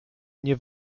mnie